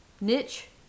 niche